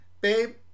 Babe